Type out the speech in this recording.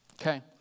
Okay